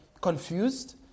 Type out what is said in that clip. confused